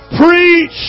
Preach